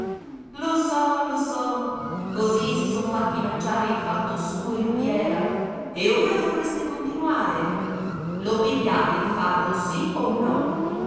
lo so lo so così si son fatti mangiare il fatto suo i rubiera e ora vorreste continuare lo pigliate il farro sì o no